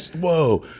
whoa